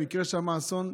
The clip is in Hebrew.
אם יקרה שם אסון,